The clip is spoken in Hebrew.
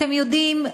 אתם יודעים,